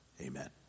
Amen